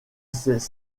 cette